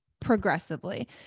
progressively